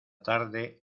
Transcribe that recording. tarde